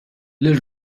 lil